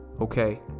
okay